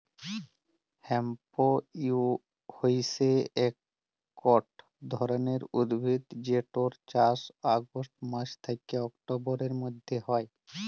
hemp হইসে একট ধরণের উদ্ভিদ যেটর চাস অগাস্ট মাস থ্যাকে অক্টোবরের মধ্য হয়